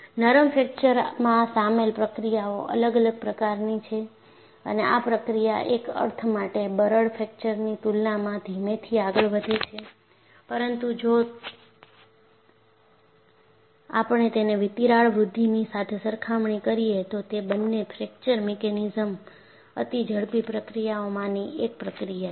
નરમ ફ્રેકચરમાં સામેલ પ્રક્રિયાઓ અલગ અલગ પ્રકારની છે અને આ પ્રક્રિયા એક અર્થ માટે બરડ ફ્રેકચરની તુલનામાં ધીમેથી આગળ વધે છે પરંતુ જો આપણે તેને તિરાડ વૃદ્ધિની સાથે સરખામણી કરીએ તો તે બંને ફ્રેક્ચર મિકેનિઝમ્સ અતિ ઝડપી પ્રક્રિયાઓમાની એક પ્રક્રિયા છે